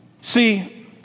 See